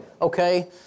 okay